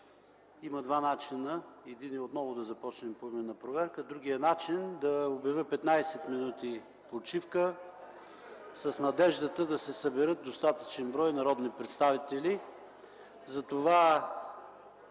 има два начина – единият, отново да започнем поименна проверка, а другият – да обявя 15 минути почивка с надеждата да се съберат достатъчен брой народни представители.